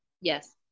Yes